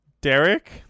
derek